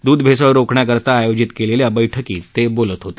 दूध भेसळ रोखण्याकरता आयोजित केलेल्या बैठकीत ते बोलत होते